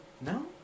no